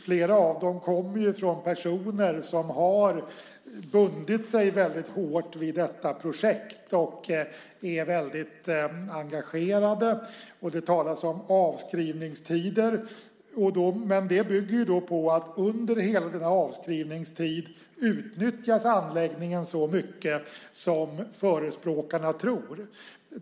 Flera av dem kommer från personer som har bundit sig väldigt hårt i detta projekt och är väldigt engagerade. Det talas om avskrivningstider. Men det bygger på att anläggningen under hela denna avskrivningstid utnyttjas så mycket som förespråkarna tror.